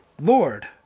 Lord